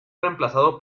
reemplazado